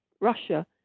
Russia